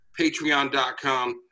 Patreon.com